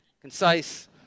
Concise